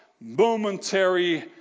momentary